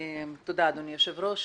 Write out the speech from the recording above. תודה אדוני היושב ראש.